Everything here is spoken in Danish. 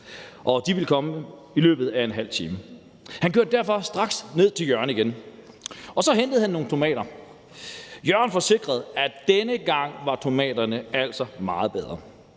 og de ville komme i løbet af en halv time. Han kørte derfor straks ned til Jørgen igen, og så hentede han nogle tomater. Jørgen forsikrede, at denne gang var tomaterne altså meget bedre.